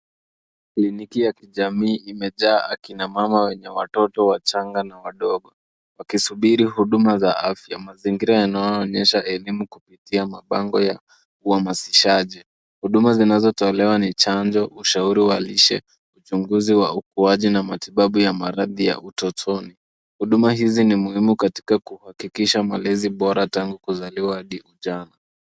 Kliniki ya kijamii imejaa akina mama wenye watoto wachanga na wadogo, wakisubiri huduma za afya. Mazingira yanayoonyesha elimu kupitia mabango ya uhamasishaji. Huduma zinazotolewa ni chanjo, ushauri wa lishe, uchunguzi wa ukuaji na matibabu ya maradhi ya utotoni. Huduma hizi ni muhimu katika kuhakikisha malezi bora tangu kuzaliwa hadi ujana.